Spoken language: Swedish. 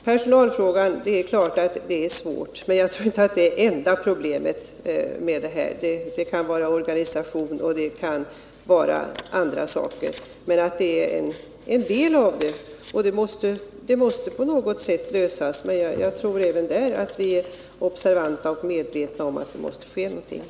Personalfrågan är naturligtvis ett stort problem, men jag tror inte att det bara gäller att få mer personal — det kan vara fråga om organisation och andra saker. Personalfrågan måste emellertid på något sätt lösas, och jag tror att vi även på det området är observanta och medvetna om att någonting måste ske.